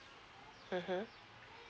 mmhmm